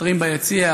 שוטרים ביציע,